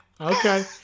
Okay